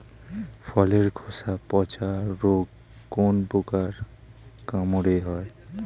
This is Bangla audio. ফলের খোসা পচা রোগ কোন পোকার কামড়ে হয়?